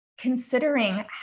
considering